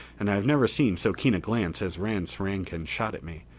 and i have never seen so keen a glance as rance rankin shot at me.